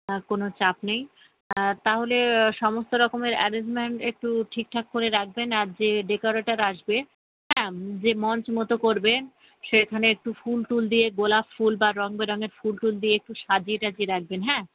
আর কোনো চাপ নেই তাহলে সমস্ত রকমের অ্যারেঞ্জমেন্ট একটু ঠিকঠাক করে রাখবেন আর যে ডেকরেটার আসবে হ্যাঁ যে মঞ্চ মতো করবে সেখানে একটু ফুল টুল দিয়ে গোলাপ ফুল বা রঙ বেরঙের ফুল টুল দিয়ে একটু সাজিয়ে টাজিয়ে রাখবেন হ্যাঁ